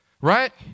right